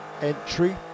entry